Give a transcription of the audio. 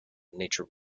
nature